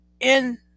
in-